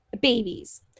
babies